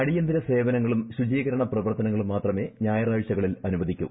അടിയന്തിര സേവനങ്ങളും ശുചീകരണ പ്രവർത്തനങ്ങളും മാത്രമേ ഞായറാഴ്ചകളിൽ അനുവദിക്കൂ